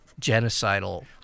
genocidal